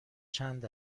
چند